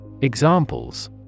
Examples